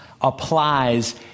applies